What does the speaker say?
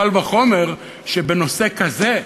קל וחומר שבנושא כזה,